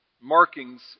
markings